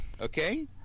Okay